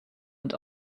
and